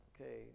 Okay